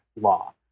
law